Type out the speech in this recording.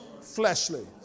fleshly